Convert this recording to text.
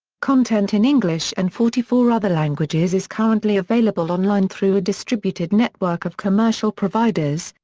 content in english and forty four other languages is currently available online through a distributed network of commercial providers,